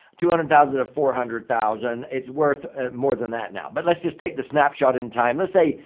two hundred thousand to four hundred thousand. it's worth more than that now. but let's just take the snapshot in time. let's say,